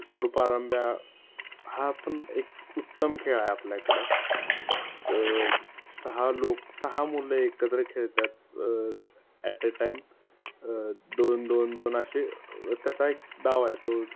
सूरपारंब्या हा पण एक उत्तम खेळ आहे आपल्याकडं सहा लोक सहा मुलं एकत्र खेळतात ॲट ए टाईम दोन दोन दोन असे त्याचा एक डाव आहे तो